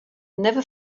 never